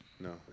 No